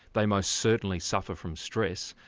they most certainly suffer from stress,